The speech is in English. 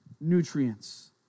nutrients